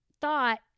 thought